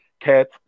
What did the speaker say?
Cats